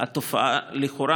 לכאורה,